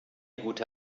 gute